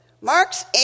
Mark's